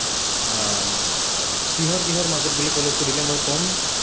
কিহৰ কিহৰ মাজত বুলি ক'লে সুধিলে মই ক'ম